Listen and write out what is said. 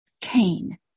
Cain